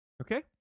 Okay